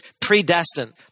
predestined